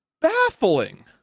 baffling